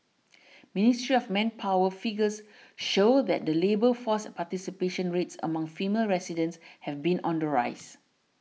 ministry of manpower figures show that the labour force a participation rates among female residents have been on the rise